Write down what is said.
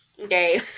Okay